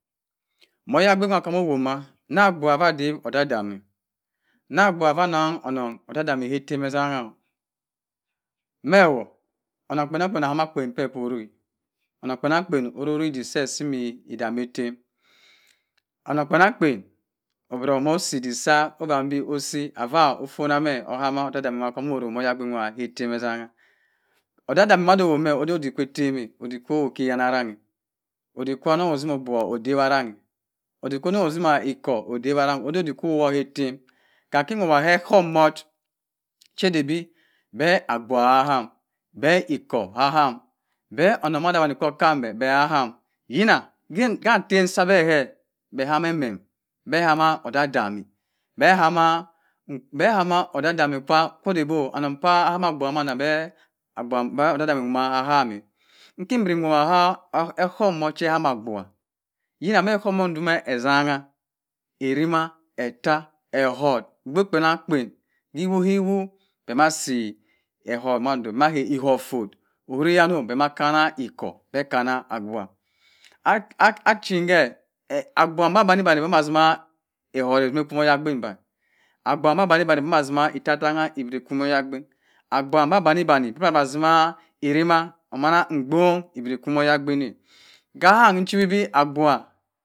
Mo oyabink chamo ọwọ ma na abgubha ava da odam odami, na agbubha ova-onnan ononng odam-dami ka ettem ezannan me wọ onnon kpanankpa ohom akpen pe cho orrowi, onnom kpanankpa owuri, idik se kima edakaatem onnon kpanankpa biro so odik fo obam bi osi ofan me oham odam-dami cha mo orok k ette m etzang-a mo oyabink wa, odam-dami mada ohowa mẹ oda odik kwa ettem-a po oyowa ki eyan, odik kwa onnong asimi abgubha odawa arrang-a, odik sannon otzim echor odawa rang to howo k-ettem kameik ohohm wott cha du bẹ be abgubha kahan bẹ echor kaham be onnon manda wuni cho okan bẹ bẹ ka nam yina ke ette m sa be me de hami emem be hama odam odami, be hama odam-odami ko dabo, annon bẹ aham abgubha mada be kwe ka ham, ikibiri howa ma e ohohm cha be hami abgubha, yina k'ohohm etzanna, errima, etta, ehot obgh kanan kpa hiwu-hian asi ehot fott ohowri yan no bẹ amma kanna echor be akanna arowa a chin ke abgubha mu vani vani amma sima ehat oko ma oyadik abguba mana atzima erima, ebọng abira aku ma oyabik nwa-a ka ham inni chiwi be abgubha